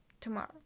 tomorrow